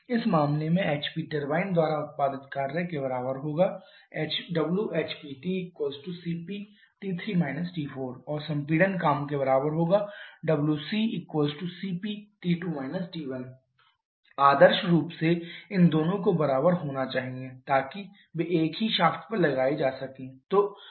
इस मामले में HP टरबाइन द्वारा उत्पादित कार्य के बराबर होगा wHPtcpT3 T4 और संपीड़न काम के बराबर है wccpT2 T1 आदर्श रूप से इन दोनों को बराबर होना चाहिए ताकि वे एक ही शाफ्ट पर लगाए जा सकें